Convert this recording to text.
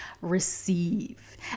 Receive